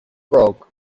broke